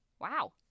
Wow